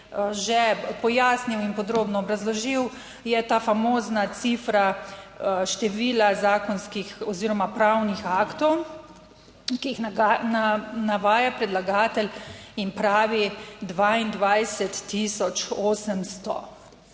že pojasnil in podrobno obrazložil, je ta famozna cifra števila zakonskih oziroma pravnih aktov, ki jih navaja predlagatelj in pravi 22800.